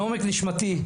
מעומק נשמתי,